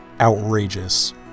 outrageous